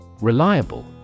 Reliable